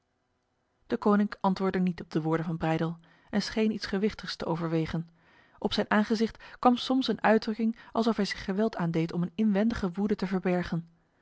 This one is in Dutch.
deconinck antwoordde niet op de woorden van breydel en scheen iets gewichtigs te overwegen op zijn aangezicht kwam soms een uitdrukking alsof hij zich geweld aandeed om een inwendige woede te verbergen